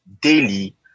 daily